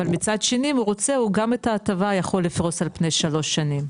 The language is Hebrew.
אבל מצד שני אם הוא רוצה הוא גם את ההטבה יכול לפרוס על פני שלוש שנים.